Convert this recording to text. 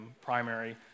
primary